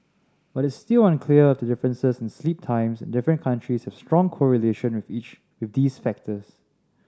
but it's still unclear if the differences in sleep times in different countries have strong correlation of each with these factors